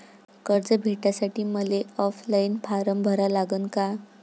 कर्ज भेटासाठी मले ऑफलाईन फारम भरा लागन का?